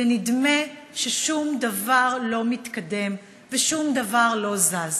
ונדמה ששום דבר לא מתקדם ושום דבר לא זז.